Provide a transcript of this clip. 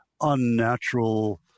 unnatural